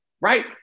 right